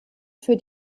für